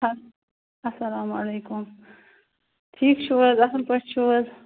اسلام وعلیکُم ٹھیٖک چھُو حظ اَصٕل پٲٹھۍ چھُو حظ